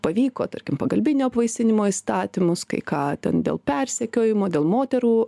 pavyko tarkim pagalbinio apvaisinimo įstatymus kai ką ten dėl persekiojimo dėl moterų